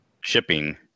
shipping